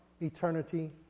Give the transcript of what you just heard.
eternity